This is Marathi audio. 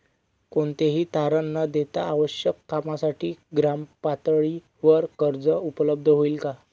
कोणतेही तारण न देता आवश्यक कामासाठी ग्रामपातळीवर कर्ज उपलब्ध होईल का?